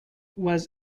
was